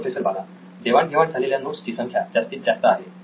professor Bala देवाण घेवाण झालेल्या नोट्स ची संख्या जास्तीत जास्त आहे